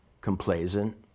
complacent